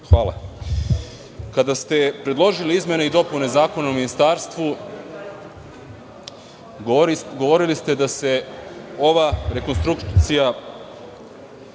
Hvala. Kada ste predložili izmene i dopune Zakona o ministarstvu, govorili ste da se ova rekonstrukcija